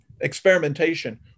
experimentation